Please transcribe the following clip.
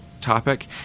topic